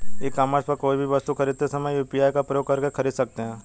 ई commerce पर कोई भी वस्तु खरीदते समय यू.पी.आई का प्रयोग कर खरीद सकते हैं